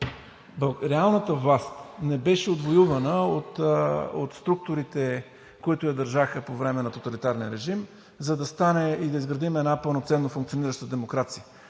реалната власт не беше отвоювана от структурите, които я държаха по време на тоталитарния режим, за да стане и да изградим една пълноценно функционираща демокрация.